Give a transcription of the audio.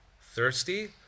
Thirsty